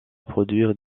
produire